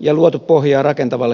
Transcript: ja luotu pohjaa rakentavalle keskustelulle